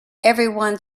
everyone